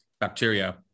bacteria